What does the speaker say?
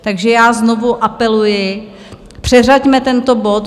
Takže já znovu apeluji, předřaďme tento bod.